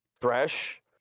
Thresh